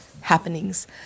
happenings